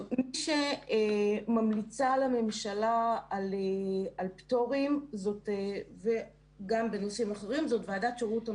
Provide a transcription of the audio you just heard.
מי שממליצה לממשלה על פטורים וגם בנושאים אחרים זאת ועדת שירות המדינה,